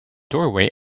doorway